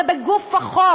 זה בגוף החוק,